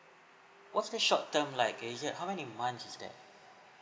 what's the short term like is it how many months is that